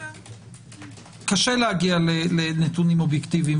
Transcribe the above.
שבלעדיו קשה להגיע לנתונים אובייקטיביים,